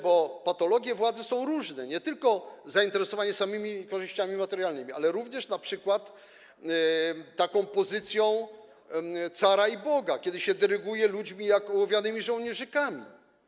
Bo patologie władzy są różne, to nie tylko zainteresowanie samymi korzyściami materialnymi, ale również np. posiadaniem takiej pozycji cara, Boga, kiedy się dyryguje ludźmi jak ołowianymi żołnierzykami.